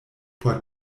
por